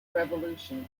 revolution